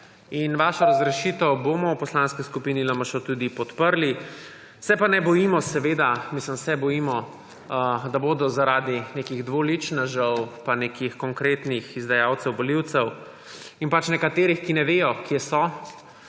Vašo razrešitev bomo v Poslanski skupini LMŠ tudi podprli. Se pa ne bojimo, seveda mislim, se bojimo, da bodo zaradi dvoličnežev pa nekih konkretnih izdajalcev volivcev in nekaterih, ki ne vedo, kje so,